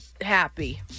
happy